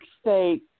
State